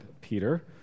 Peter